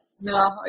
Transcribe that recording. No